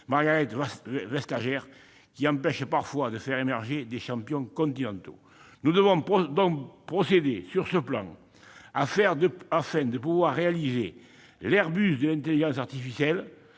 Margrethe Vestager, qui empêche parfois de faire émerger des champions continentaux. Nous devons progresser sur ce point, afin de pouvoir réaliser « l'Airbus de l'intelligence artificielle